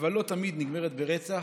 לא תמיד, נגמרת ברצח,